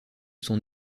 son